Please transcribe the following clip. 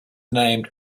named